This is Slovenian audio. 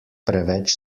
preveč